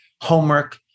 homework